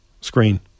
screen